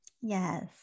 yes